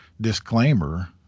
disclaimer